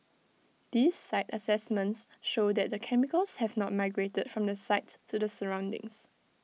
these site assessments show that the chemicals have not migrated from the site to the surroundings